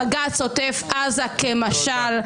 בג"ץ עוטף עזה כמשל.